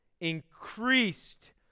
increased